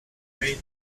bei